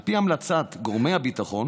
על פי המלצת גורמי הביטחון